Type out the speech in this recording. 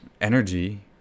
energy